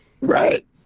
Right